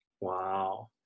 Wow